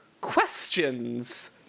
questions